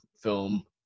film